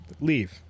Leave